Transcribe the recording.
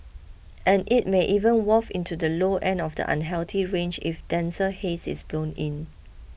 and it may even waft into the low end of the unhealthy range if denser haze is blown in